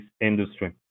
industry